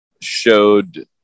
showed